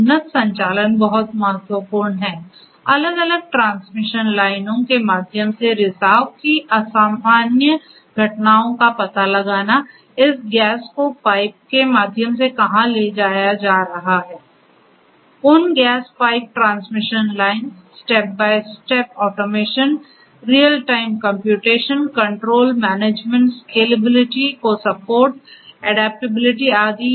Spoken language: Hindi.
उन gas pipe transmission lines step by step automation real time computation control management scalability को सपोर्ट एडैप्टेबिलिटी आदि